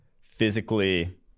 physically